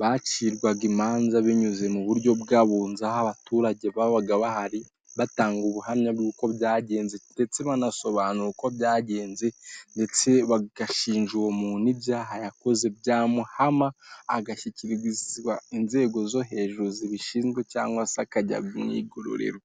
bacirwaga imanza binyuze mu buryo bw'abunzi aho abaturage babaga bahari batanga ubuhamya bw'uko byagenze ndetse banasobanura uko byagenze ndetse bagashinja uwo muntu ibyaha yakoze byamuhama agashyikirizwa inzego zo hejuru zibishinzwe cyangwa se akajya mu igororero.